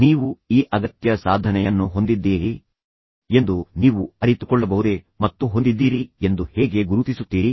ನೀವು ಈ ಅಗತ್ಯ ಸಾಧನೆಯನ್ನು ಹೊಂದಿದ್ದೀರಿ ಎಂದು ನೀವು ಅರಿತುಕೊಳ್ಳಬಹುದೇ ಮತ್ತು ನಿಮಗೆ ತಿಳಿದಿದೆ ನೀವು ಅವುಗಳನ್ನು ಹೊಂದಿದ್ದೀರಿ ಎಂದು ನೀವು ಹೇಗೆ ಗುರುತಿಸುತ್ತೀರಿ